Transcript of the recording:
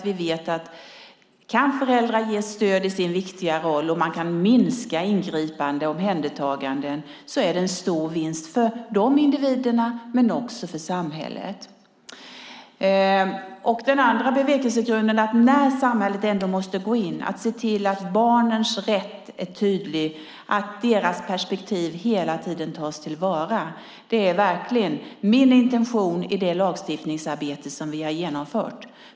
Vi vet att om föräldrar kan ges stöd i deras viktiga roll och om man kan minska ingripande omhändertaganden är det en stor vinst för individerna och för samhället. Den andra bevekelsegrunden är att när samhället ändå måste gå in gäller det att se till att barnens rätt är tydlig, att deras perspektiv hela tiden tas till vara. Det är verkligen min intention i det lagstiftningsarbete som vi har genomfört.